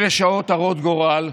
אלה שעות הרות גורל,